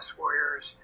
warriors